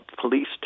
police